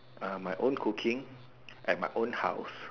uh my own cooking at my own house